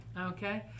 Okay